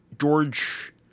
George